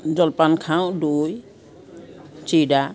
জলপান খাওঁ দৈ চিৰা